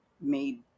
made